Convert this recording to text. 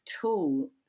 tool